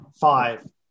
Five